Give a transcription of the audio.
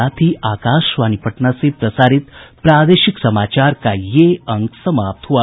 इसके साथ ही आकाशवाणी पटना से प्रसारित प्रादेशिक समाचार का ये अंक समाप्त हुआ